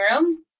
room